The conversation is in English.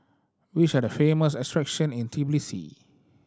which are the famous attraction in Tbilisi